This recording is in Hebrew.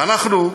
ואנחנו,